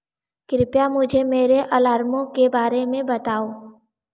कृपया मुझे मेरे अलार्मों के बारे में बताओ